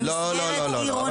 על מסגרת עירונית -- לא,